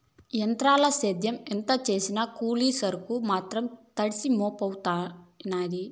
ఎంత్రాల సేద్యం ఎంత సేసినా కూలి కర్సులు మాత్రం తడిసి మోపుడయినాయి